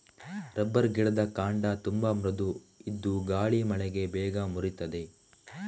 rubber ಗಿಡದ ಕಾಂಡ ತುಂಬಾ ಮೃದು ಇದ್ದು ಗಾಳಿ ಮಳೆಗೆ ಬೇಗ ಮುರೀತದೆ